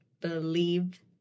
believe